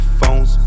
phones